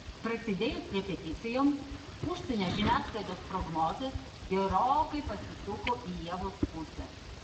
prasidėjus repeticijoms užsienio žiniasklaidos prognozės gerokai pasisuko į ievos pusę